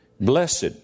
Blessed